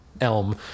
elm